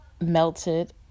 melted